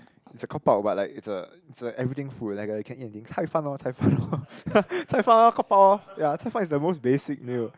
it's a cop out but like it's a it's a everything food like you can eat anything lor lor ppo lor cop out lor ya is the most basic meal